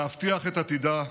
להבטיח את עתידה,